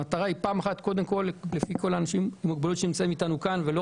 המטרה היא - לפי האנשים שנמצאים איתנו כאן וגם אלה שלא